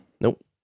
Nope